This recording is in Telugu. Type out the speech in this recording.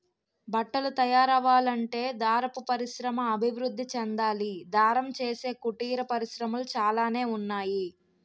బట్టలు తయారవ్వాలంటే దారపు పరిశ్రమ అభివృద్ధి చెందాలి దారం చేసే కుటీర పరిశ్రమలు చాలానే ఉన్నాయి